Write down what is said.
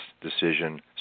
decision